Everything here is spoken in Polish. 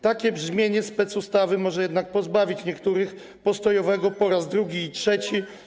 Takie brzmienie specustawy może jednak pozbawić niektórych postojowego po raz drugi i trzeci.